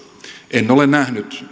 en ole nähnyt